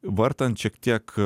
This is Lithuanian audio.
vartant šiek tiek